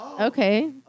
Okay